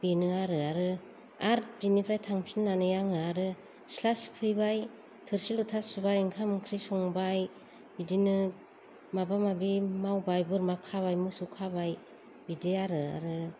बेनो आरो आरो बेनिफ्राय थांफिननानै आङो आरो सिथ्ला सिबफैबाय थोरसि लथा सुबाय ओंख्रि ओंखाम संबाय बिदिनो माबा माबि मावबाय बोरमा खाबाय मोसौ खाबाय बिदि आरो